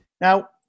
Now